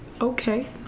okay